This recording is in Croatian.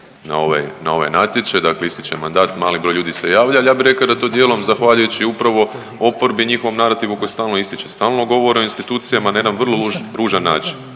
na ovaj natječaj, dakle istječe manda, mali broj ljudi se javlja, al ja bi rekao da je to dijelom zahvaljujući upravo oporbi i njihovom narativu koji stalno ističe, stalno govore o institucijama na jedan vrlo loš ružan način,